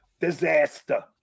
Disaster